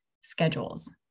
schedules